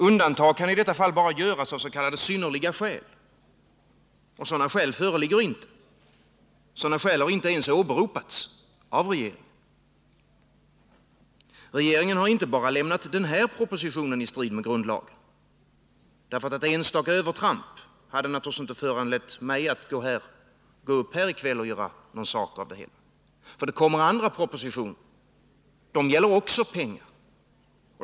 Undantag kan i detta fall bara göras av s.k. synnerliga skäl. Sådana skäl föreligger inte. Sådana skäl har inte ens åberopats av regeringen. Regeringen har inte bara lämnat den här propositionen i strid med grundlagen. Ett enstaka övertramp hade naturligtvis inte föranlett mig att gå upp i talarstolen här i kväll och göra sak av det hela. Det kommer andra propositioner. De gäller också pengar.